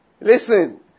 Listen